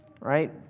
right